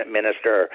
minister